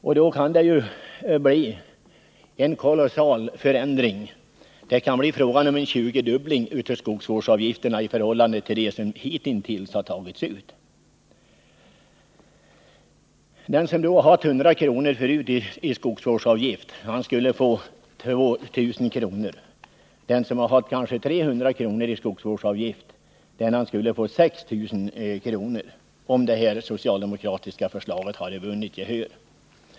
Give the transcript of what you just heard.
Det kommer att innebära en kolossal förändring — det kan bli fråga om en tjugodubbling av skogsvårdsavgifterna i förhållande till vad som hittills har tagits ut. Den som tidigare har haft en skogsvårdsavgift på 100 kr. skulle få betala 2 000 kr., den som har haft 300 kr. i skogsvårdsavgift skulle få en avgift på 6000 kr., om det socialdemokratiska förslaget hade vunnit gehör.